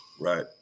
Right